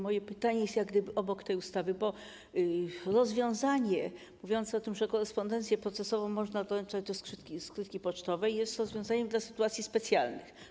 Moje pytanie jest jak gdyby obok tej ustawy, bo rozwiązanie mówiące o tym, że korespondencję procesową można doręczać do skrytki pocztowej, jest rozwiązaniem dla sytuacji specjalnych.